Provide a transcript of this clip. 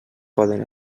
poden